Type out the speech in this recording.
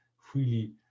freely